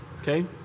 Okay